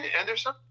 Anderson